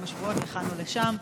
כמה שבועות לכאן או לשם,